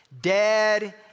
Dead